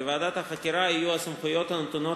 לוועדת החקירה יהיו הסמכויות הנתונות